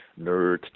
nerd